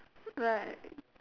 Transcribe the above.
right